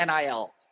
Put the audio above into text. NIL